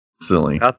silly